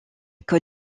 côte